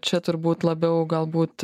čia turbūt labiau galbūt